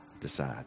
decide